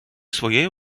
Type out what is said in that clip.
своєю